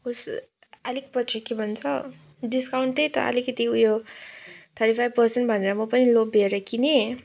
होस् अलिक पछि के भन्छ डिस्काउन्ट त्यही त अलिकति उयो थर्टी फाइभ पर्सेन्ट भनेर म पनि लोभिएर किनेँ